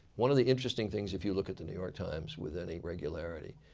one of the interesting things if you look at the new york times with any regularity,